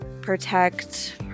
protect